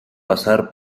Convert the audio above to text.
pasar